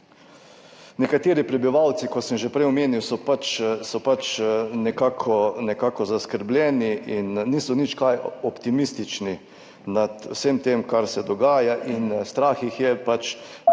Nekateri prebivalci, kot sem že prej omenil, so nekako zaskrbljeni in niso nič kaj optimistični nad vsem tem, kar se dogaja, in strah jih je, da